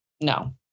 No